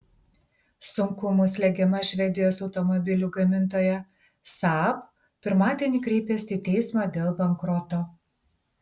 sunkumų slegiama švedijos automobilių gamintoja saab pirmadienį kreipėsi į teismą dėl bankroto